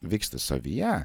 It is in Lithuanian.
vyksta savyje